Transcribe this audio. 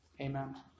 Amen